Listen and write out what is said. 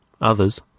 Others